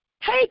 hey